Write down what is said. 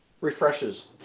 refreshes